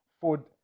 food